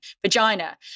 vagina